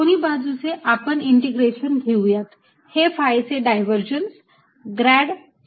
दोन्ही बाजूचे आपण इंटिग्रेशन घेऊयात हे phi चे डायव्हर्जन्स ग्रॅड phi